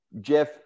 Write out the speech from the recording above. Jeff